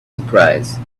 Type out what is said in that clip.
surprise